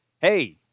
hey